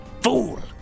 Fool